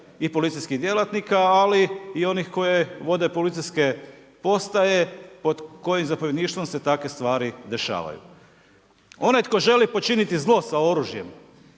i policijskih djelatnika ali i onih koji vode policijske postaje pod kojim zapovjedništvom se takve stvari dešavaju. Onaj tko želi počiniti zlo sa oružjem